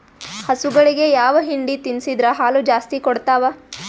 ಹಸುಗಳಿಗೆ ಯಾವ ಹಿಂಡಿ ತಿನ್ಸಿದರ ಹಾಲು ಜಾಸ್ತಿ ಕೊಡತಾವಾ?